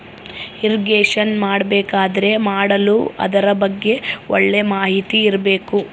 irrigation ಮಾಡಬೇಕಾದರೆ ಮಾಡಲು ಅದರ ಬಗ್ಗೆ ಒಳ್ಳೆ ಮಾಹಿತಿ ಇರ್ಬೇಕು